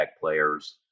players